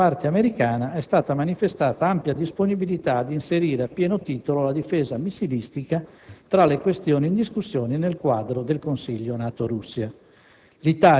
anche da parte americana è stata manifestata ampia disponibilità ad inserire a pieno titolo la difesa missilistica tra le questioni in discussione nel quadro del Consiglio NATO-Russia.